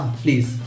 please